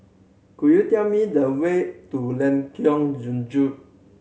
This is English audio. could you tell me the way to Lengkong